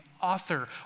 author